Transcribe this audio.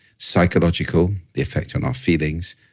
psychological, the effect on our feelings.